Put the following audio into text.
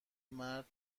مرد